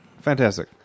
Fantastic